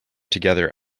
together